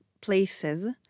places